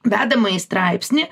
vedamąjį straipsnį